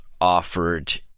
offered